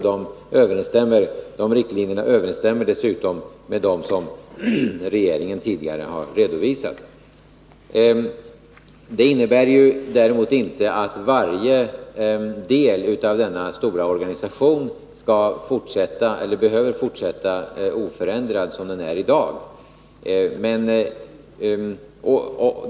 De av riksdagen givna riktlinjerna överensstämmer med dem som regeringen tidigare har redovisat. Det innebär däremot inte att varje del av denna stora organisation behöver fortsätta oförändrad som den i dag är.